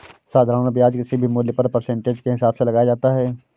साधारण ब्याज किसी भी मूल्य पर परसेंटेज के हिसाब से लगाया जाता है